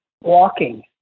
walking